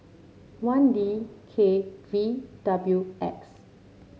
one D K V W X